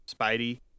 Spidey